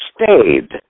stayed